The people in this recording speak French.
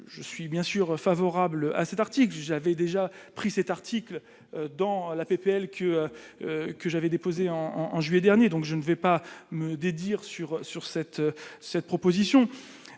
je suis bien sûr favorable à cet article que j'avais déjà pris cet article dans la PPL que que j'avais déposé en en juillet dernier, donc je ne vais pas me dédire sur sur cette. Cette proposition,